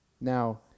Now